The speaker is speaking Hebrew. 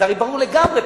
זה הרי ברור לגמרי.